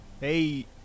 Hey